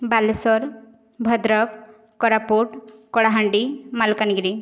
Balasore Bhadrak Koraput Kalahandi Malkangiri